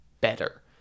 better